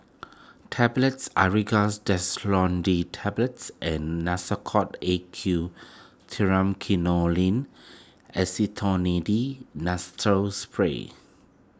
Tablets Aerius Desloratadine Tablets and Nasacort A Q Acetonide Spray